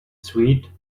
sweet